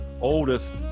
oldest